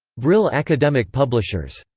brill academic publishers.